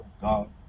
God